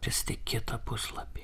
versti kitą puslapį